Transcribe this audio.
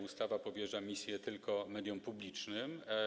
Ustawa powierza misję tylko mediom publicznym.